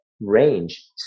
range